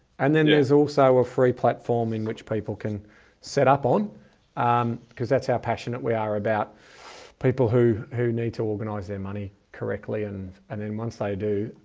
and then there's also a free platform in which people can set up on um cause that's how passionate we are about people who, who need to organize their money correctly. and, and then once i do,